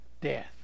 death